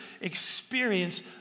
experience